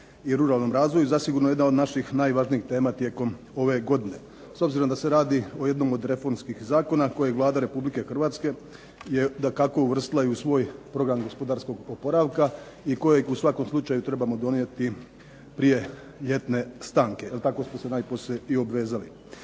i ruralnom razvoju jedna od najvažnijih tema tijekom ove godine. S obzirom da se radi o jednom o reformskih zakona koji Vlada Republike Hrvatske je dakako uvrstila u svoj program gospodarskog oporavka i kojeg u svakom slučaju trebamo donijeti prije ljetne stanke. Jer tako smo se najposlije obvezali.